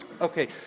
Okay